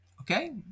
Okay